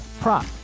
prop